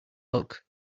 luck